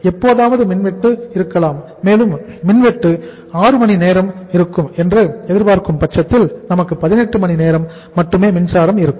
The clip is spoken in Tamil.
எப்போதாவது மின்வெட்டு இருக்கலாம் மேலும் மின்வெட்டு 6 மணி நேரம் இருக்கும் என்று எதிர் பார்க்கும் பட்சத்தில் நமக்கு 18 மணி நேரம் மட்டுமே மின்சாரம் இருக்கும்